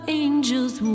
angels